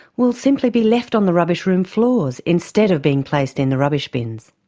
will simply be left on the rubbish room floors instead of being placed in the rubbish bins.